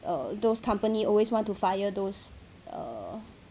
err those company always want to fire those err